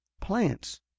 Plants